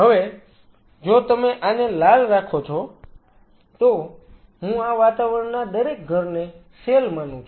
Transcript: હવે જો તમે આને લાલ રાખો છો તો હું આ વાતાવરણના દરેક ઘરને સેલ માનું છું